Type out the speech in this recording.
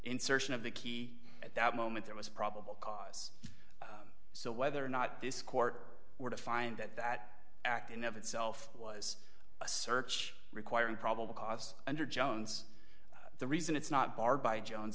insertion of the key at that moment there was probable cause so whether or not this court were to find that that act in of itself was a search requiring probable cause under jones the reason it's not barred by jones